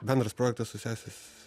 bendras projektas su sesės